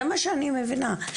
זה מה שאני מבינה.